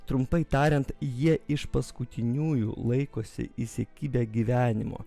trumpai tariant jie iš paskutiniųjų laikosi įsikibę gyvenimo